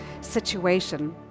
situation